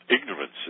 Ignorance